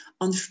on